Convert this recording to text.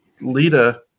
lita